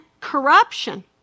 corruption